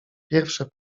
pierwsze